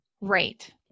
right